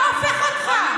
מה הופך אותך?